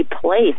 place